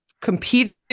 compete